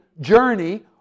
journey